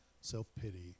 self-pity